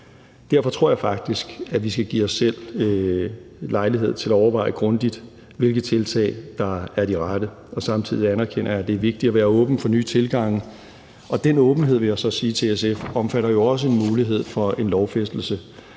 Derfor tror jeg faktisk, at vi skal give os selv lejlighed til at overveje grundigt, hvilke tiltag der er de rette, og samtidig anerkender jeg, at det er vigtigt at være åben for nye tilgange, og den åbenhed – vil jeg så sige til SF – omfatter jo også en mulighed for en lovfæstelse.